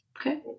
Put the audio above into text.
Okay